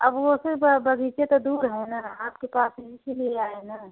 अब वो सब बगीचे तो दूर हैं ना आपके पास हम इसीलिए आए हैं ना